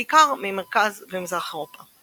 בעיקר ממרכז ומזרח אירופה.